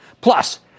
Plus